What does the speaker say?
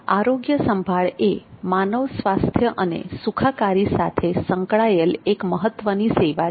આરોગ્ય સંભાળ એ માનવ સ્વાસ્થ્ય અને સુખાકારી સાથે સંકળાયેલ એક મહત્વની સેવા છે